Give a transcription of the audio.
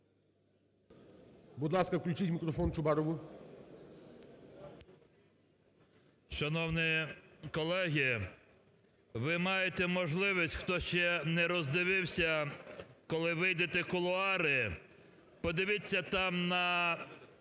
ви маєте можливість, хто ще не роздивився, коли вийдете в кулуари, подивіться там на